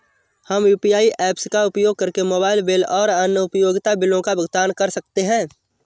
हम UPI apps का उपयोग करके मोबाइल बिल और अन्य उपयोगिता बिलों का भुगतान कर सकते हैं